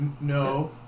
no